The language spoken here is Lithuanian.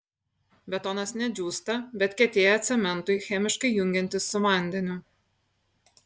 betonas ne džiūsta bet kietėja cementui chemiškai jungiantis su vandeniu